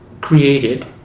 created